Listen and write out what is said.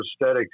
prosthetics